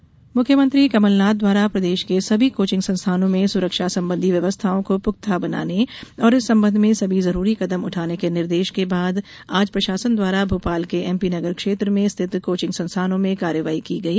coaching संस्थान मुख्यमंत्री कमलनाथ द्वारा प्रदेश के सभी कोचिंग संस्थानों में सुरक्षा संबंधी व्यवस्थाओं को पुख्ता बनाने और इस संबंध में सभी जरूरी कदम उठाने के निर्देश के बाद आज प्रशासन द्वारा भोपाल के एमपी नगर क्षेत्र में स्थित कोचिंग संस्थानों में कार्यवाही की गई